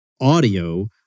audio